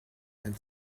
and